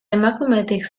emakumetik